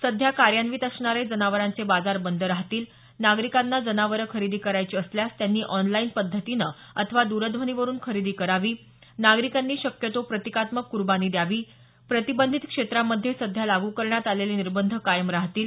सध्या कार्यान्वित असणारे जनावरांचे बाजार बंद राहतील नागरिकांना जनावरे खरेदी करायची असल्यास त्यांनी आॅनलाईन पध्दतीनं अथवा दरध्वनीवरुन खरेदी करावी नागरिकांनी शक्यतो प्रतिकात्मक कुर्बानी द्यावी प्रतिबंधित क्षेत्रामध्ये सध्या लागू करण्यात आलेले निर्बंध कायम राहतील